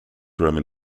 roman